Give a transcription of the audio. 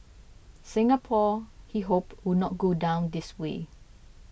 Singapore he hoped would not go down this way